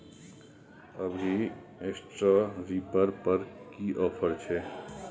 अभी straw reaper पर की ऑफर छै?